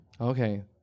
Okay